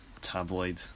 tabloid